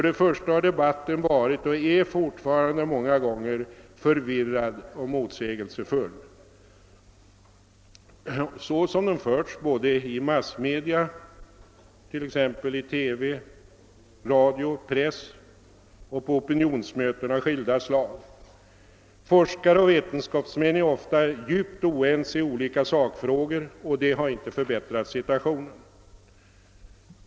Debatten har varit och är fortfarande många gånger förvirrad och motsägelsefull, så som den förts både i massmedia, alltså TV, radio och press, och på opinionsmöten av skilda slag. Forskare och vetenskapsmän är ofta djupt oense i olika sakfrågor, och det har inte förbättrat situationen.